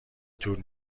طول